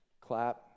clap